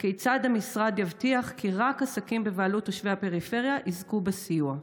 2. כיצד המשרד יבטיח כי רק עסקים בבעלות תושבי הפריפריה יזכו בסיוע?